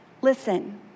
Listen